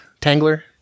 Tangler